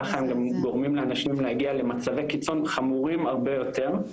ככה הם גם גורמים לאנשים להגיע למצבי קיצון חמורים הרבה יותר.